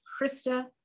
krista